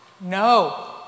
No